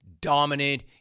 dominant